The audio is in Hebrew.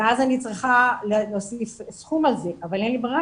ואז אני צריכה להוסיף סכום על זה אבל אין לי ברירה,